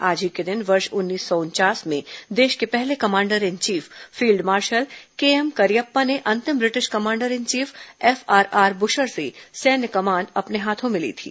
आज ही के दिन वर्ष उन्नीस सौ उनचास में देश के पहले commander in chief field marshal केएमकरियप्पा ने अंतिम British commander in chief F RR brusher से सैन्य कमान अपने हाथों में ली थी